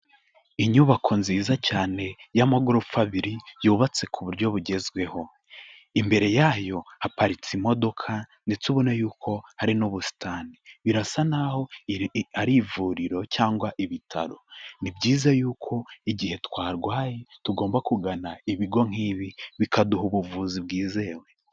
Inyubako nziza cyane y'amagorofa abiri, yubatse ku buryo bugezweho. Imbere yayo, haparitse imodoka ndetse ubona yuko hari n'ubusitani. Birasa n'aho iri ari ivuriro cyangwa ibitaro. Ni byiza yuko igihe twarwaye, tugomba kugana ibigo nk'ibi bikaduha ubuvuzi bwizewe.